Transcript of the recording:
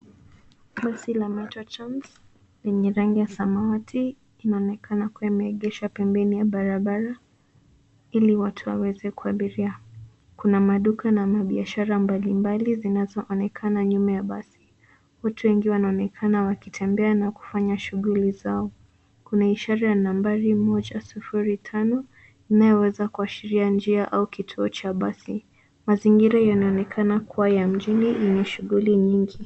Basi la "Metro trans" lenye rangi ya samawati, inaonekana kuwa imeegeshwa pembeni ya barabara, ili watu waweze kuabiria. Kuna maduka na mabiashara mbalimbali zinazoonekana nyuma ya basi. Watu wengi wanaonekana wakitembea na kufanya shughuli zao. Kuna ishara ya nambari moja sufuria tano, inayoweza kuashiria njia au kituo cha basi. Mazingira yanaonekana kuwa ya mjini yenye shughuli nyingi.